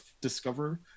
discover